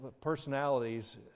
personalities